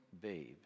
babe